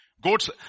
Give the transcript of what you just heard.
Goats